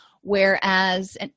whereas